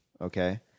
okay